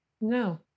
No